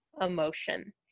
emotion